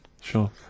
Sure